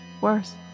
Worse